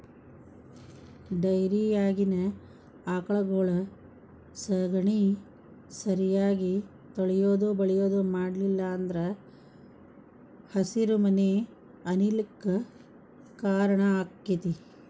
ಡೈರಿಯಾಗಿನ ಆಕಳಗೊಳ ಸಗಣಿ ಸರಿಯಾಗಿ ತೊಳಿಯುದು ಬಳಿಯುದು ಮಾಡ್ಲಿಲ್ಲ ಅಂದ್ರ ಹಸಿರುಮನೆ ಅನಿಲ ಕ್ಕ್ ಕಾರಣ ಆಕ್ಕೆತಿ